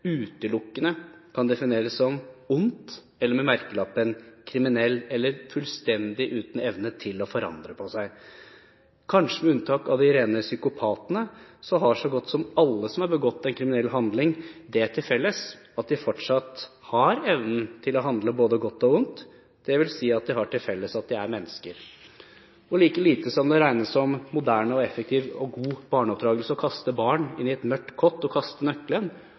utelukkende kan defineres som ondt eller kan få merkelappen kriminell eller fullstendig uten evne til å forandre seg. Kanskje med unntak av de rene psykopatene har så godt som alle som har begått en kriminell handling, det til felles at de fortsatt har evnen til å handle både godt og ondt, dvs. at de har til felles at de er mennesker. Like lite som det regnes som moderne, effektiv og god barneoppdragelse å kaste barn inn i et mørkt kott og kaste nøkkelen,